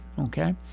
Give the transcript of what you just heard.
Okay